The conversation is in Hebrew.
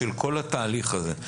של כל התהליך הזה,